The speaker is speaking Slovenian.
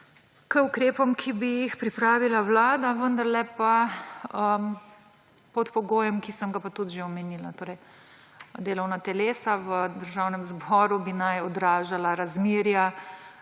k ukrepom, ki bi jih pripravila vlada. Vendarle pa pod pogojem, ki sem ga pa tudi že omenila, delovna telesa v Državnem zboru bi naj odražala razmerja